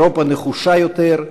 אירופה נחושה יותר,